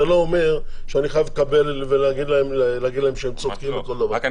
זה לא אומר שאני חייב לקבל ולהגיד להם שהם צודקים בכל דבר.